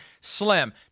slim